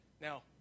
Now